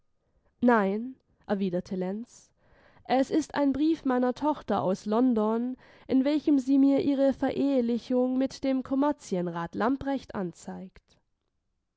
nein erwiderte lenz es ist ein brief meiner tochter aus london in welchem sie mir ihre verehelichung mit dem kommerzienrat lamprecht anzeigt